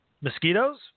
Mosquitoes